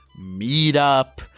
Meetup